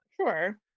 Sure